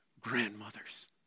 grandmothers